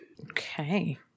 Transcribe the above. Okay